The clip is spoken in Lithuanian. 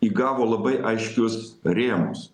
įgavo labai aiškius rėmus